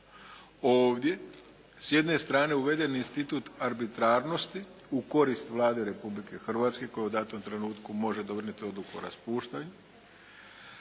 ovdje s jedne strane uveden institut arbitrarnosti u korist Vlade Republike Hrvatske koja u datom trenutku može donijeti odluku o raspuštanju,